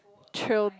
chill